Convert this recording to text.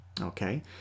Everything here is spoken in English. Okay